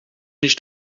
nicht